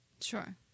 Sure